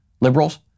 Liberals